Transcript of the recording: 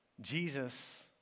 Jesus